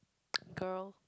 girl